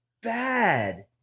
bad